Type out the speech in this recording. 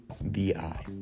V-I